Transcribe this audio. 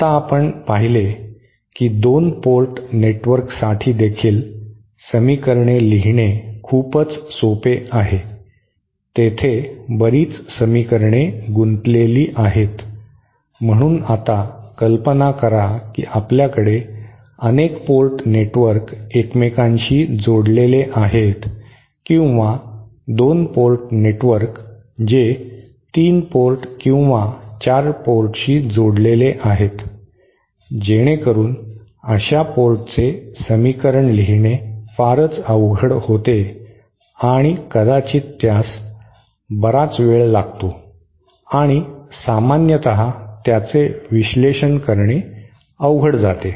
आता आपण पाहिले की 2 पोर्ट नेटवर्कसाठीदेखील समीकरणे लिहिणे खूपच सोपे आहे तेथे बरीच समीकरणे गुंतलेली आहेत म्हणून आता कल्पना करा की आपल्याकडे अनेक पोर्ट नेटवर्क एकमेकांशी जोडलेले आहेत किंवा 2 पोर्ट नेटवर्क जे 3 पोर्ट किंवा 4 पोर्ट शी जोडलेले आहेत जेणेकरून अशा पोर्टचे समीकरणे लिहिणे फारच अवघड होते आणि कदाचित त्यास बराच वेळ लागतो आणि सामान्यतः त्याचे विश्लेषण करणे अवघड जाते